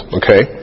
okay